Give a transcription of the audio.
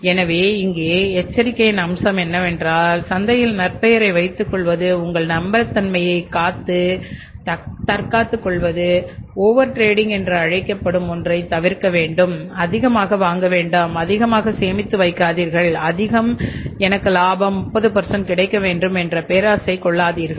எனவே இங்கே எச்சரிக்கையின் அம்சம் என்னவென்றால் சந்தையில் நற்பெயரைத் வைத்துக் கொள்வது உங்கள் நம்பகத்தன்மையைத் தக்க வைத்துக் கொள்வது ஓவர் டிரேடிங் என்று அழைக்கப்படும் ஒன்றைத் தவிர்க்க வேண்டும் அதிகமாக வாங்க வேண்டாம் அதிகமாக சேமித்து வைக்காதீர்கள் அதிகம் எனக்கு 30 லாபம் கிடைக்க வேண்டும் என்ற பேராசை கொள்ளாதீர்கள்